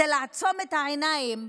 זה לעצום את העיניים.